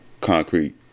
Concrete